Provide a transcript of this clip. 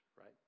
right